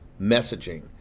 messaging